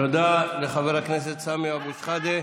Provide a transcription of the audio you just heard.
תודה לחבר הכנסת סמי אבו שחאדה.